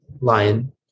lion